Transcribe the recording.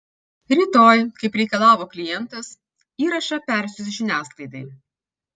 rytoj kaip reikalavo klientas įrašą persiųs žiniasklaidai